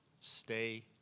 stay